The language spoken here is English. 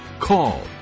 call